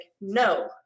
no